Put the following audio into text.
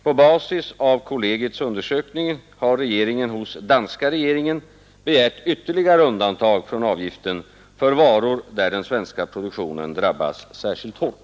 På basis av kollegiets undersökning har regeringen hos danska regeringen begärt ytterligare undantag från avgiften för varor, där den svenska produktionen drabbas särskilt hårt.